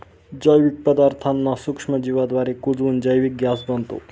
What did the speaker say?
जैविक पदार्थांना सूक्ष्मजीवांद्वारे कुजवून जैविक गॅस बनतो